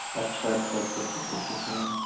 اچھا اچھا اچھا اچھا اچھا اچھا اچھا ہاں